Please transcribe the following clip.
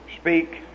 speak